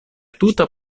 tuta